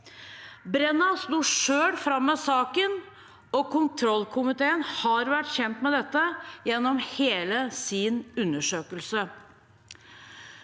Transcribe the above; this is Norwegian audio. Brenna sto selv fram med saken, og kontrollkomiteen har vært kjent med dette gjennom hele sin undersøkelse.